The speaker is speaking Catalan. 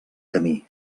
camí